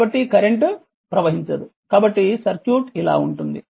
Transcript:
కాబట్టి కరెంట్ ప్రవహించదు కాబట్టి సర్క్యూట్ ఇలా ఉంటుంది